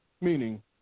meaning